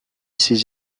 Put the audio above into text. ses